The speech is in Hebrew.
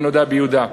ב"נודע ביהודה",